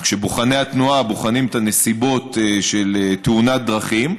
כשבוחני התנועה בוחנים את הנסיבות של תאונת דרכים,